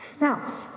Now